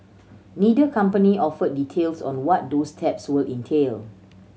neither company offered details on what those steps will entail